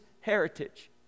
heritage